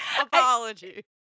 apology